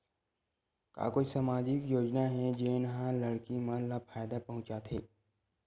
का कोई समाजिक योजना हे, जेन हा लड़की मन ला फायदा पहुंचाथे?